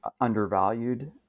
undervalued